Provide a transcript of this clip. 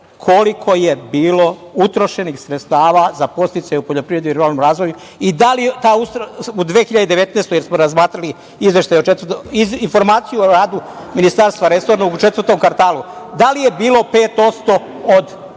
koliko je bilo utrošenih sredstava za podsticaje u poljoprivredi i ruralnom razvoju u 2019. godini, jer smo razmatrali informacije o radu ministarstva resornog u četvrtom kvartalu, da li je 5% od